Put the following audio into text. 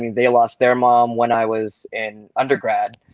they lost their mom when i was in undergrad.